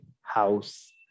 house